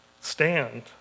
stand